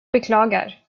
beklagar